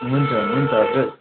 हुन्छ हुन्छ हजुर